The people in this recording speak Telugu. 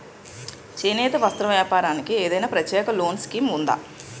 చేనేత వస్త్ర వ్యాపారానికి ఏదైనా ప్రత్యేక లోన్ స్కీం ఉందా?